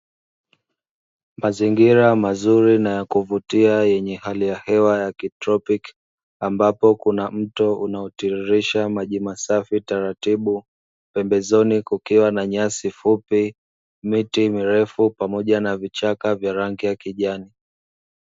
Mazingira mazuri na ya kuvutia yenye hali ya hewa ya kitropiki, ambapo kuna mto unaotiririsha maji masafi taratibu, pembezoni kukiwa na nyasi fupi, miti mirefu pamoja na vichaka vya rangi ya kijani.